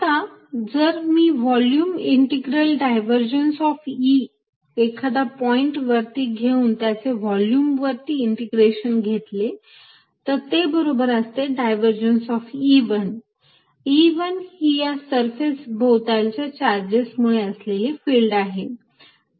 आता जर मी volume integral divergence of E एखादा पॉईंट वरती घेऊन त्याचे व्हॉल्युम वरती इंटिग्रेशन घेतले तर ते बरोबर असते डायव्हरजन्स ऑफ E1 E1 ही या सरफेस भोवतालच्या चार्जेस मुळे असलेली फिल्ड आहे